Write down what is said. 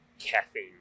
caffeine